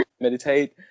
meditate